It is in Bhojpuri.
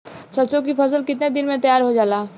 सरसों की फसल कितने दिन में तैयार हो जाला?